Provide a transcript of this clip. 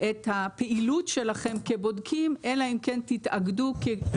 את הפעילות שלכם כבודקים, אלא אם כן תתאגדו כגוף.